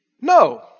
No